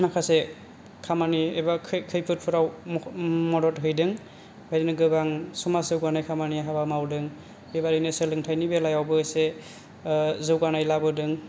माखासे खामानि एबा खै खैफोद फोराव मख' मदद हैदों बेबादिनो गोबां समाज जौगानाय खामानि हाबा मावदों बेबादिनो सोलोंथाइनि बेलायावबो इसे जौगानाय लाबोदों